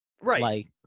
Right